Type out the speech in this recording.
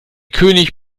könig